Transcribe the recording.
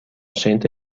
sente